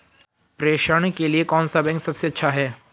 प्रेषण के लिए कौन सा बैंक सबसे अच्छा है?